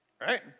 Right